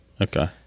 Okay